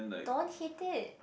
don't hit it